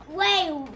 Wait